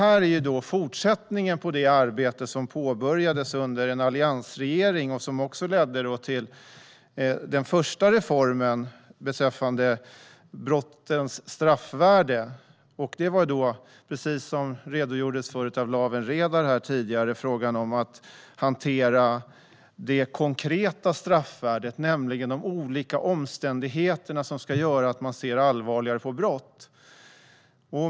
Detta är fortsättningen på det arbete som påbörjades under en alliansregering och som ledde till den första reformen beträffande brottens straffvärde. Precis som Lawen Redar redogjorde för var det fråga om att hantera det konkreta straffvärdet, nämligen de olika omständigheter som ska göra att man ser allvarligare på brott.